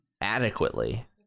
adequately